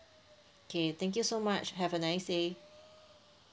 K thank you so much have a nice day